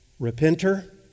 repenter